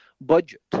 budget